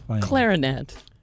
Clarinet